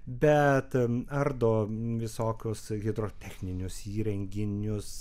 bet ardo visokios hidrotechninius įrenginius